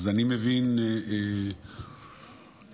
אז אני מבין, כנראה,